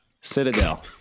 Citadel